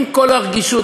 עם כל הרגישות.